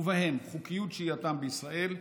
ובהם חוקיות שהייתם בישראל,